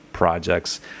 projects